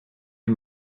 den